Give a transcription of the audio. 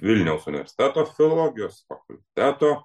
vilniaus universiteto filologijos fakulteto